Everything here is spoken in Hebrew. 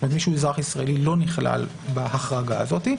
מי שהוא אזרח ישראלי לא נכלל בהחרגה הזאת,